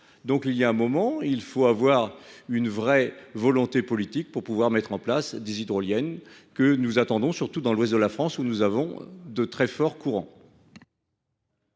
À un moment donné, il faut avoir une vraie volonté politique pour mettre en place les hydroliennes que nous attendons, notamment dans l’ouest de la France, où nous avons de très forts courants.